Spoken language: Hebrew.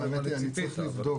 האמת היא שאני צריך לבדוק,